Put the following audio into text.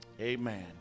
Amen